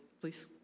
please